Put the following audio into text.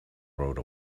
rode